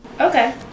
Okay